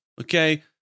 Okay